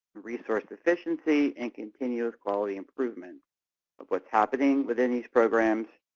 resource efficiency, and continuous quality improvement of what's happening within these programs.